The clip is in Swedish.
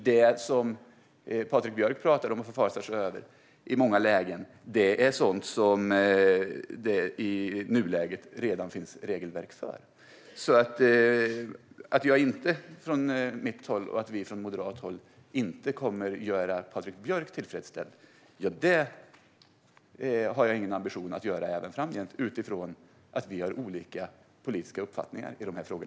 Det som Patrik Björck talar om och förfasar sig över är i många lägen sådant som det redan finns regelverk för. Jag och Moderaterna har inte heller framgent någon ambition att göra Patrik Björck tillfredsställd, eftersom vi har olika politiska uppfattningar i dessa frågor.